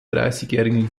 dreißigjährigen